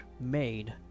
made